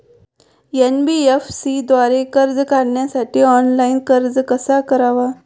NBFC द्वारे कर्ज काढण्यासाठी ऑनलाइन अर्ज कसा करावा?